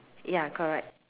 ya correct